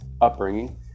upbringing